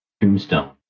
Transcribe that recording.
Tombstone